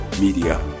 media